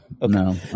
No